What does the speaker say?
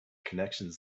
connections